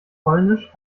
polnisch